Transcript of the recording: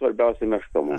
svarbiausiai meška mum